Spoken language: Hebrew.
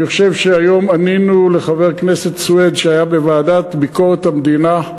אני חושב שהיום ענינו לחבר הכנסת סוייד בוועדת ביקורת המדינה.